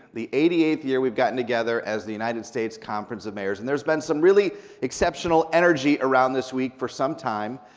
the eighty eighth year we've gotten together as the united states conference of mayors, and there's been some really exceptional energy around this week for some time,